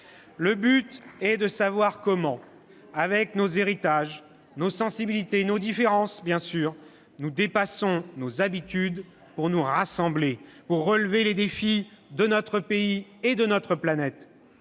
Le but est de savoir comment, avec nos héritages, nos sensibilités, nos différences, nous dépassons nos habitudes, pour nous rassembler, pour relever les défis de notre pays et de notre planète.